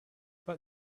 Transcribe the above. but